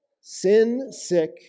Sin-sick